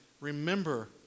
remember